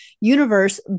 universe